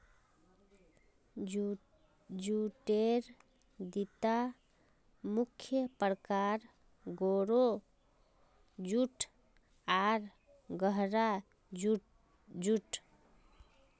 जूटेर दिता मुख्य प्रकार, गोरो जूट आर गहरा जूट